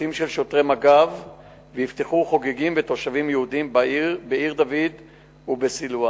צוותים של שוטרי מג"ב ואבטחו חוגגים ותושבים יהודים בעיר-דוד ובסילואן.